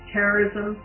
Terrorism